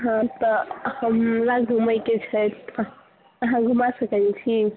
हँ तऽ हमरा घुमयके छै अहाँ घुमा सकै छी